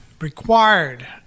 required